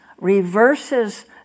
reverses